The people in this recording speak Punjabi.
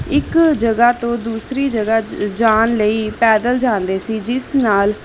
ਇੱਕ ਜਗ੍ਹਾ ਤੋਂ ਦੂਸਰੀ ਜਗ੍ਹਾ ਜ ਜਾਣ ਲਈ ਪੈਦਲ ਜਾਂਦੇ ਸੀ ਜਿਸ ਨਾਲ